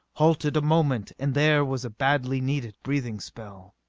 halted a moment and there was a badly needed breathing spell.